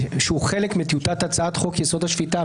שהוא חלק מטיוטת הצעת חוק-יסוד: השפיטה,